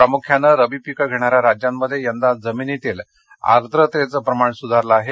प्रामुख्यानं रब्बी पिकं घेणाऱ्या राज्यांमध्ये यंदा जमिनीतील आर्द्रतेचं प्रमाण सुधारलं आहे